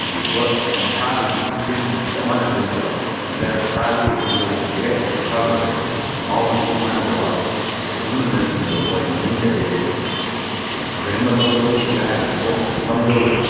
ꯍꯥꯏꯗꯤ ꯍꯥꯏꯗꯤ ꯁꯥꯕꯒꯤ ꯏꯟꯒ꯭ꯔꯦꯗꯤꯌꯦꯟꯁꯤꯗꯤ ꯆꯞ ꯃꯥꯟꯅꯗꯣꯏꯅꯦꯕ ꯁꯥꯔꯨꯕꯒꯤ ꯃꯑꯣꯡꯁꯤꯗꯤ ꯍꯦꯛ ꯑꯩꯈꯣꯏꯅ ꯁꯔꯨꯀꯥꯟꯗꯁꯨ ꯃꯍꯥꯎꯁꯤ ꯀꯣꯛ ꯃꯥꯟꯅꯗꯕ ꯑꯗꯨꯃꯛꯅꯁꯨꯅꯦꯕ ꯃꯣꯏ ꯃꯃꯤꯡ ꯆꯠꯂꯤꯁꯦ ꯑꯩꯈꯣꯏꯅ ꯃꯇꯧ ꯇꯝꯒꯦꯀ ꯍꯥꯏꯕꯗꯁꯨ ꯀꯣꯛ ꯉꯝꯗꯕꯗꯣ